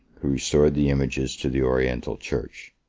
who restored the images to the oriental church.